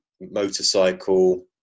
motorcycle